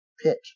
pitch